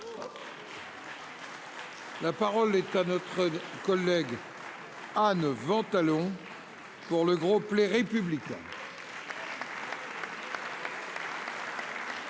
La parole est à Mme Anne Ventalon, pour le groupe Les Républicains.